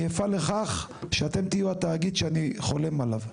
אני אפעל לכך שאתם תהיו התאגיד שאני חולם עליו.